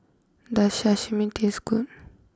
does Sashimi taste good